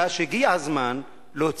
חלקם נזקקו לטיפול רפואי.